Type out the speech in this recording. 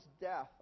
death